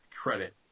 credit